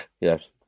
yes